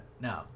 no